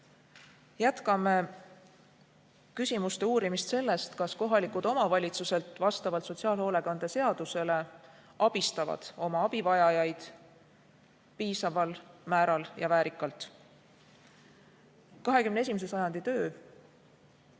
Jätkame küsimuste uurimist sellest, kas kohalikud omavalitsused vastavalt sotsiaalhoolekande seadusele abistavad oma abivajajaid piisaval määral ja väärikalt. 21. sajandi töö,